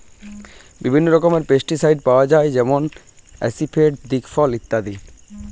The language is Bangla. বিভিন্ন রকমের পেস্টিসাইড পাওয়া যায় যেমন আসিফেট, দিকফল ইত্যাদি